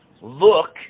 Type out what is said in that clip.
look